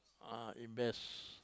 ah invest